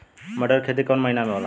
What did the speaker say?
मटर क खेती कवन महिना मे होला?